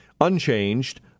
unchanged